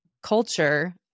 Culture